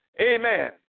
Amen